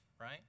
right